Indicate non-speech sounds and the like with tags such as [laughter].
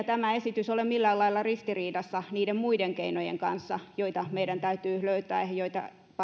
[unintelligible] tämä esitys ole millään lailla ristiriidassa niiden muiden keinojen kanssa joita meidän täytyy löytää ja joita